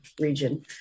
region